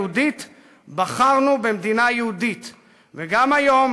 יואל אדלשטיין: 2 ראש הממשלה בנימין נתניהו: